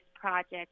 project